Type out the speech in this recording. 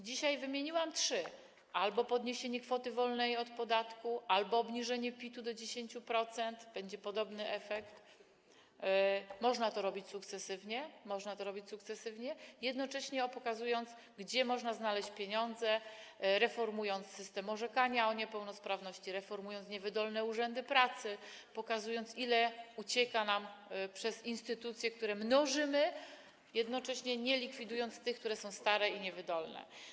Dzisiaj wymieniłam trzy: albo podniesienie kwoty wolnej od podatku, albo obniżenie PIT-u do 10% - będzie podobny efekt, a można to robić sukcesywnie - jednocześnie pokazując, gdzie można znaleźć pieniądze - reformując system orzekania o niepełnosprawności, reformując niewydolne urzędy pracy, pokazując, ile ucieka nam przez instytucje, które mnożymy, jednocześnie nie likwidując tych, które są stare i niewydolne.